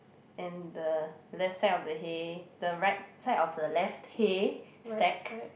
and the left side of the hay the right side of the left hay stack